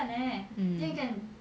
um